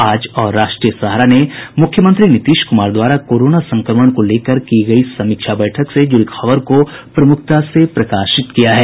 आज और राष्ट्रीय सहारा मुख्यमंत्री नीतीश कुमार द्वारा कोरोना संक्रमण को लेकर की गयी समीक्षा बैठक से जुड़ी खबर को प्रमुखता से प्रकाशित किया है